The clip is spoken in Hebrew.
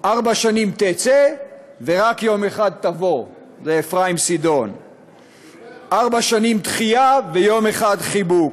ארבע שנים "תצא" ורק יום אחד "תבוא"; ארבע שנים דחייה ויום אחד חיבוק,